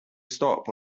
stop